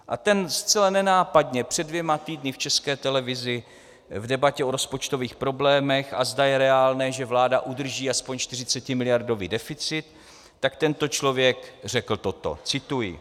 A ten zcela nenápadně před dvěma týdny v České televizi v debatě o rozpočtových problémech, a zda je reálné, že vláda udrží aspoň 40miliardový deficit, tak tento člověk řekl toto cituji: